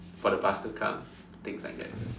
for the bus to come things like that